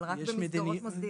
אבל רק במסגרות מוסדיות.